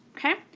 okay.